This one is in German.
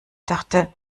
dachte